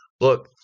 Look